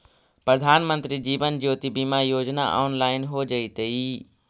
प्रधानमंत्री जीवन ज्योति बीमा योजना ऑनलाइन हो जइतइ